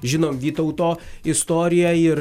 žinom vytauto istoriją ir